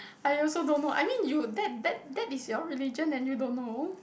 I also don't know I mean you that that that is your religion and you don't know